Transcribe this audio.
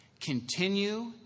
continue